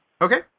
Okay